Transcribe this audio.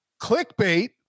clickbait